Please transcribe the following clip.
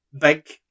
big